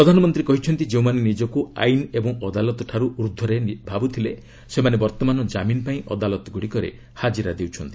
ପ୍ରଧାନମନ୍ତ୍ରୀ କହିଛନ୍ତି ଯେଉଁମାନେ ନିଜକୁ ଆଇନ ଏବଂ ଅଦାଲତଠାରୁ ଉର୍ଦ୍ଧ୍ୱରେ ଭାବୁଥିଲେ ସେମାନେ ବର୍ତ୍ତମାନ ଜାମିନ ପାଇଁ ଅଦାଲତଗୁଡ଼ିକରେ ହାଜିରା ଦେଉଛନ୍ତି